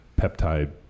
peptide